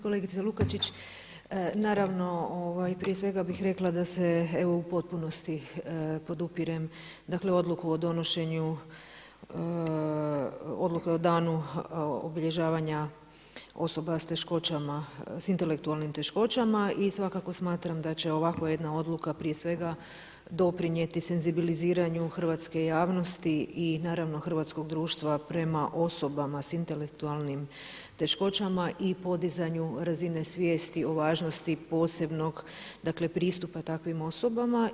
Kolegice Lukačić, naravno prije svega bih rekla da u potpunosti podupirem, dakle odluku o donošenju odluke o danu obilježavanja osoba sa teškoćama, sa intelektualnim teškoćama i svakako smatram da će ovakva jedna odluka prije svega doprinijeti senzibiliziranju hrvatske javnosti i naravno hrvatskog društva prema osobama sa intelektualnim teškoćama i podizanju razine svijesti o važnosti posebnog, dakle pristupa takvim osobama.